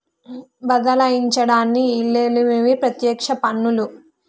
బదలాయించడానికి ఈల్లేనివి పత్యక్ష పన్నులు